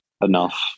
enough